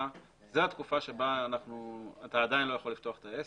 שזו התקופה בה אתה עדיין לא יכול לפתוח את העסק,